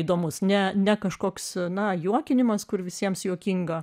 įdomus ne ne kažkoks na juokinimas kur visiems juokinga